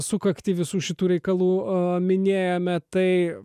sukaktį visų šitų reikalų a minėjome tai